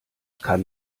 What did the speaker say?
kann